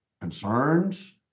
concerns